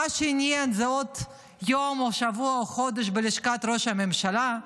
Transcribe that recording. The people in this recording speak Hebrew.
מה שעניין זה עוד יום או שבוע או חודש בלשכת ראש הממשלה,